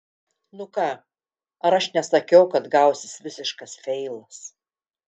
nu ką ar aš nesakiau kad gausis visiškas feilas